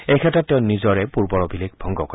এইক্ষেত্ৰত তেওঁ নিজৰে পূৰ্বৰ অভিলেখ ভংগ কৰে